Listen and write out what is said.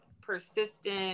persistent